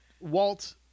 Walt